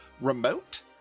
remote